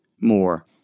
more